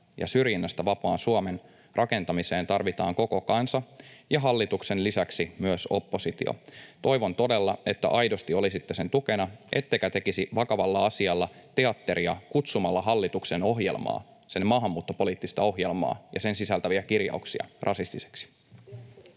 syrjinnästä vapaan Suomen rakentamiseen tarvitaan koko kansa ja hallituksen lisäksi myös oppositio. Toivon todella, että aidosti olisitte sen tukena ettekä tekisi vakavalla asialla teatteria kutsumalla hallituksen ohjelmaa, sen maahanmuuttopoliittista ohjelmaa ja sen sisältäviä kirjauksia rasistisiksi.